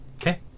Okay